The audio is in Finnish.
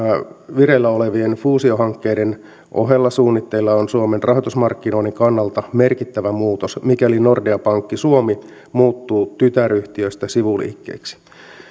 vireillä olevien fuusiohankkeiden ohella suunnitteilla on suomen rahoitusmarkkinoiden kannalta merkittävä muutos mikäli nordea pankki suomi muuttuu tytäryhtiöstä sivuliikkeeksi